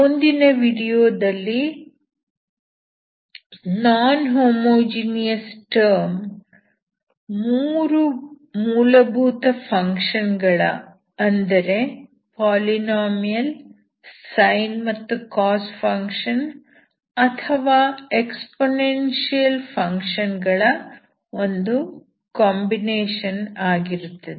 ಮುಂದಿನ ವಿಡಿಯೋದಲ್ಲಿ non homogeneous term 3 ಮೂಲಭೂತ ಫಂಕ್ಷನ್ ಗಳ ಅಂದರೆ ಪಾಲಿನಾಮಿಯಲ್ sine ಮತ್ತು cos ಫಂಕ್ಷನ್ ಅಥವಾ ಎಕ್ಸ್ಪೋನೆನ್ಷಿಯಲ್ ಫಂಕ್ಷನ್ ಗಳ ಒಂದು ಕಾಂಬಿನೇಷನ್ ಆಗಿರುತ್ತದೆ